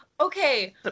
Okay